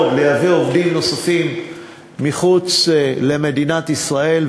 לייבוא עובדים נוספים מחוץ למדינת ישראל,